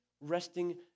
resting